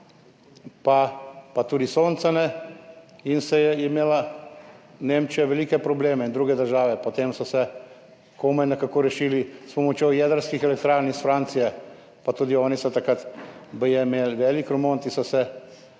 pa tudi sonca ne, in je imela Nemčija velike probleme, in druge države, potem so se komaj nekako rešili s pomočjo jedrskih elektrarn iz Francije. Pa tudi oni so takrat baje imeli velik remont, nekako je